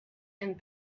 and